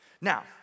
Now